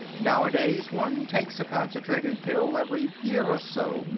nowadays one takes a concentrated pill every year or so,